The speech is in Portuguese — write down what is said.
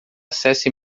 acesso